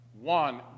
One